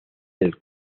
del